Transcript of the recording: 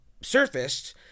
surfaced